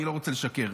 אני לא רוצה לשקר,